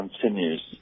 continues